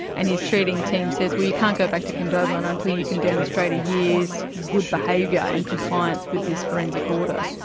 and his treating team says, well, you can't go back to condobolin until you can demonstrate a year's good behaviour and compliance with this forensic order.